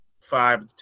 five